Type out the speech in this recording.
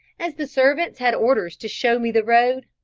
as the servants had orders to show me the road,